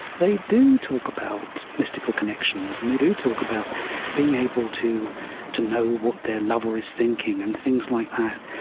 they do talk about mystical connections and they do talk about being able to to know what their lover is thinking and things like that.